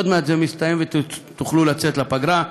עוד מעט זה מסתיים ותוכלו לצאת לפגרה.